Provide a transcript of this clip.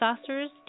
saucers